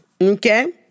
okay